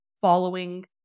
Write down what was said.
following